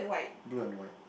blue and white